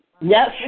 Yes